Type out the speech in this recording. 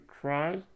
cry